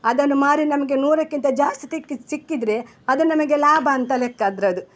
ಅದನ್ನು ಮಾರಿ ನಮಗೆ ನೂರಕ್ಕಿಂತ ಜಾಸ್ತಿ ತಿಕ್ತಿತ್ತು ಸಿಕ್ಕಿದರೆ ಅದು ನಮಗೆ ಲಾಭ ಅಂತ ಲೆಕ್ಕ ಅದ್ರದ್ದು